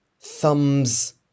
Thumbs